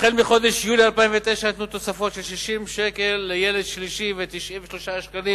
החל מחודש יולי 2009 ניתנו תוספות של 60 שקלים לילד השלישי ו-93 שקלים